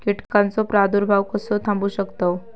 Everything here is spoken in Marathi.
कीटकांचो प्रादुर्भाव कसो थांबवू शकतव?